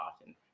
often